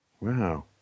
Wow